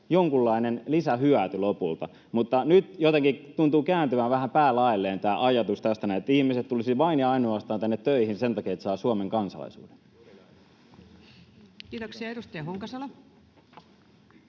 jonkunlainen lisähyöty lopulta. Nyt jotenkin tuntuu kääntyvän vähän päälaelleen tämä ajatus tästä näin, että ihmiset tulisivat tänne töihin vain ja ainoastaan sen takia, että saavat Suomen kansalaisuuden. [Joakim Vigelius: